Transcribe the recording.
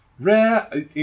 rare